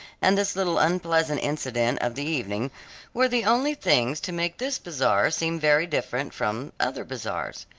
and this little unpleasant incident of the evening were the only things to make this bazaar seem very different from other bazaars.